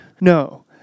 no